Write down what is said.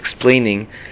explaining